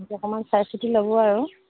অকমান চাই চিতি ল'ব আৰু